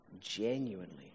genuinely